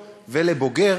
ולבוגר,